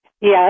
Yes